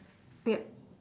yup